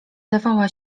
dawała